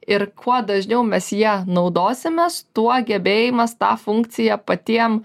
ir kuo dažniau mes ja naudosimės tuo gebėjimas tą funkciją patiem